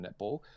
Netball